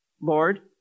Lord